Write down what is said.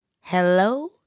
Hello